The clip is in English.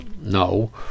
No